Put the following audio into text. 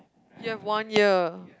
you have one year